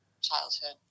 childhood